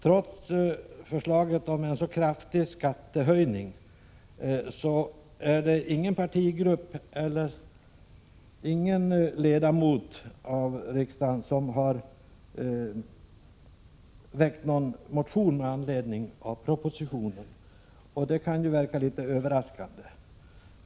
Trots förslaget om en så kraftig skattehöjning har varken någon partigrupp eller någon ledamot i riksdagen väckt en motion med anledning av propositionen. Det kan verka litet överraskande.